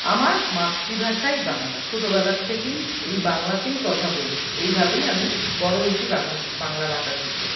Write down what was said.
আমার মাতৃভাষাই বাংলা ছোটোবেলার থেকেই এই বাংলাতেই কথা বলি এইভাবেই আমি বড়ো হয়েছি বাংলা ভাষা শিখে